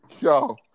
Yo